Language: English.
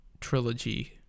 trilogy